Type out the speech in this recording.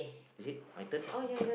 is it my turn